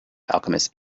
alchemist